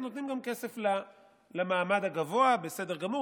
אוקיי, אז נותנים גם כסף למעמד הגבוה, בסדר גמור.